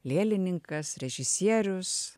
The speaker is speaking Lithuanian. lėlininkas režisierius